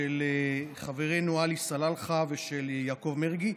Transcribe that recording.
של חברינו עלי סלאלחה ויעקב מרגי.